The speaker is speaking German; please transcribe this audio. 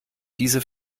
diese